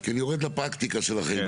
כי אני יורד לפרקטיקה שלכם,